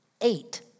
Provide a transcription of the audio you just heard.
eight